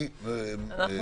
אני משאיר את זה.